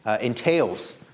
entails